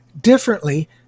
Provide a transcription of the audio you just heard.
differently